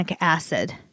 acid